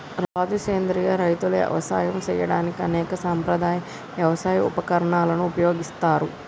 రాజు సెంద్రియ రైతులు యవసాయం సేయడానికి అనేక సాంప్రదాయ యవసాయ ఉపకరణాలను ఉపయోగిస్తారు